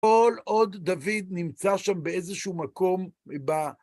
כל עוד דוד נמצא שם באיזשהו מקום,